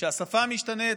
וכשהשפה משתנה,